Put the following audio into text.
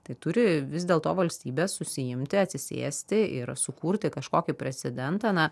tai turi vis dėlto valstybės susiimti atsisėsti ir sukurti kažkokį precedentą na